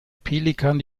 pelikan